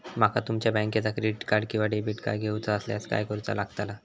माका तुमच्या बँकेचा क्रेडिट कार्ड किंवा डेबिट कार्ड घेऊचा असल्यास काय करूचा लागताला?